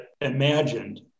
imagined